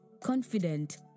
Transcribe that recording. confident